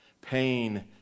Pain